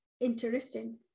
interesting